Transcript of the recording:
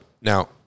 Now